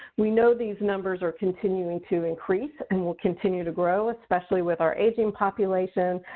we know these numbers are continuing to increase and will continue to grow, especially with our aging population,